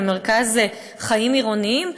ומרכז חיים עירוניים,